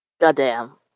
Goddamn